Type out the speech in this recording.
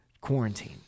quarantine